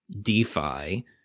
DeFi